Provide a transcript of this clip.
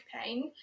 pain